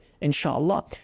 inshallah